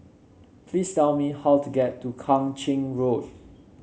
please tell me how to get to Kang Ching Road